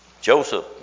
Joseph